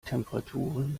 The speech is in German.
temperaturen